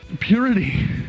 purity